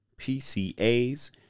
PCAs